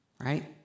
Right